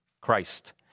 Christ